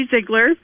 Ziegler